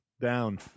down